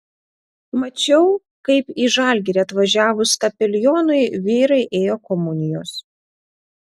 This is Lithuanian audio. mačiau kaip į žalgirį atvažiavus kapelionui vyrai ėjo komunijos